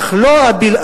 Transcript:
אך לא הבלעדית.